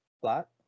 flat